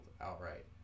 outright